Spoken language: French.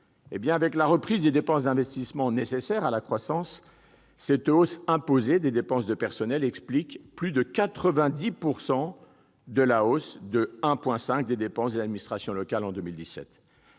Avec la reprise des dépenses d'investissement, nécessaires à la croissance, cette hausse imposée des dépenses de personnel explique plus de 90 % de la hausse de 1,5 point des dépenses des administrations locales en 2017.